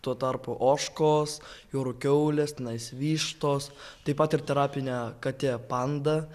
tuo tarpu ožkos jūrų kiaulės tenais vištos taip pat ir terapinė katė panda